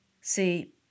See